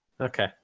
Okay